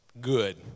good